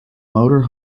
motor